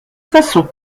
façon